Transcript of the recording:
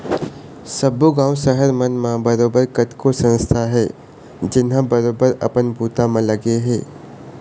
सब्बे गाँव, सहर मन म बरोबर कतको संस्था हे जेनहा बरोबर अपन बूता म लगे हे